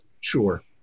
Sure